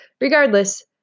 Regardless